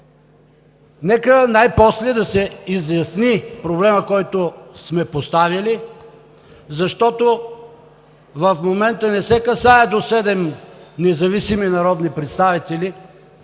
Нека най-после да се изясни проблемът, който сме поставили, защото в момента не се касае до седем независими народни представители